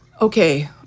okay